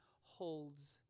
holds